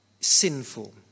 sinful